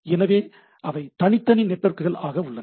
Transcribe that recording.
எனவே அவை தனித்தனி நெட்வொர்க்குகள் ஆக உள்ளன